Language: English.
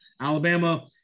Alabama